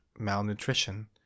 malnutrition